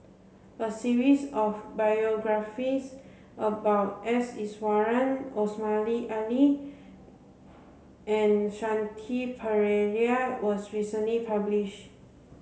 a series of biographies about S Iswaran Omar Ali and Shanti Pereira was recently published